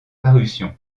parution